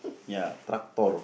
ya tractor